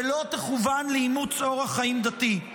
ולא תכוון לאימוץ אורח חיים דתי.